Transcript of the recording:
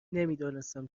نمیدانستم